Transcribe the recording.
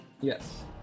yes